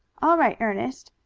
all right, ernest.